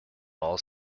all